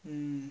mm